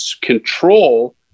control